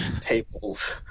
tables